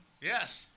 Yes